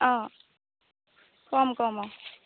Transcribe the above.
অঁ ক'ম ক'ম অঁ